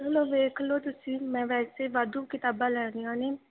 ਪਹਿਲਾਂ ਵੇਖ ਲਓ ਤੁਸੀਂ ਮੈਂ ਵੈਸੇ ਵਾਧੂ ਕਿਤਾਬਾਂ ਲੈਣੀਆ ਨੇ